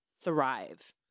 Thrive